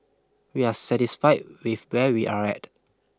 we are satisfied with where we are at